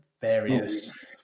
various